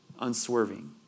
Unswerving